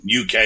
UK